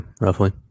roughly